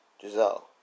Giselle